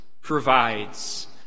provides